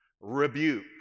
rebuke